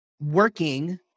working